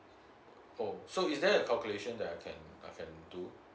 oh so is there a calculation that I can I can do